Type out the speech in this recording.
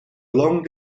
long